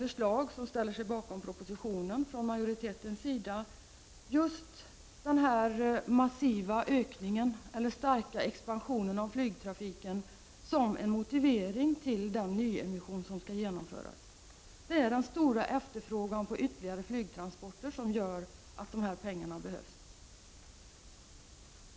För att kunna ställa sig bakom propositionens förslag använder utskottsmajoriteten just den här massiva ökningen eller den starka expansionen av flygtrafiken som en motivering för den nyemission som skall genomföras. Det är den stora efterfrågan på ytterligare flygtransporter som gör att dessa pengar behövs.